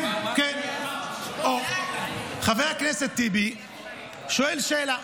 כן, כן, חבר הכנסת טיבי שואל שאלה.